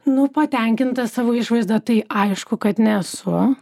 nu patenkinta savo išvaizda tai aišku kad nesu